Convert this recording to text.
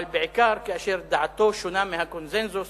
אבל בעיקר כאשר דעתו שונה מהקונסנזוס,